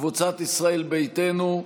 קבוצת סיעת ישראל ביתנו,